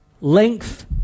length